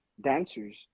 dancers